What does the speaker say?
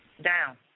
down